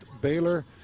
Baylor